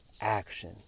action